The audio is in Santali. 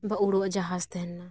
ᱵᱟ ᱩᱲᱳᱡᱟᱦᱟᱡᱽ ᱛᱟᱦᱮᱸ ᱞᱮᱱᱟ